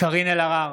קארין אלהרר,